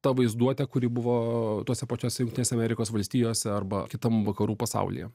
ta vaizduote kuri buvo tose pačiose jungtinėse amerikos valstijose arba kitam vakarų pasaulyje